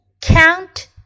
Count